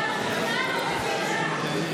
בבקשה.